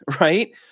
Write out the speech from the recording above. right